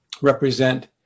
represent